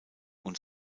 und